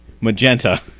magenta